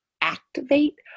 activate